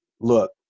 look